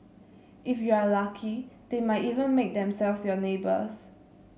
if you are lucky they might even make themselves your neighbours